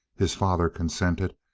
his father consented,